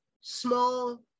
small